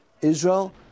Israel